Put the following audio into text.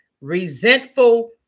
resentful